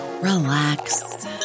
relax